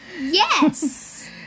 Yes